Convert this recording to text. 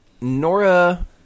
nora